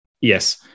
Yes